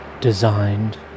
designed